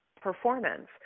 performance